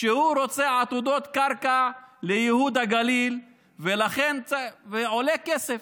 שהוא רוצה עתודות קרקע לייהוד הגליל וזה עולה כסף.